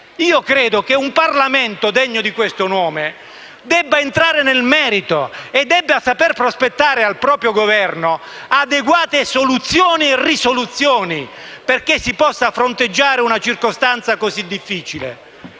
Credo che un Parlamento degno di questo nome debba entrare nel merito e debba saper prospettare al proprio Governo adeguate soluzioni e risoluzioni perché si possa fronteggiare una circostanza così difficile.